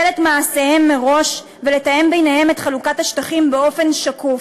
את מעשיהם מראש ולתאם ביניהם את חלוקת השטחים באופן שקוף.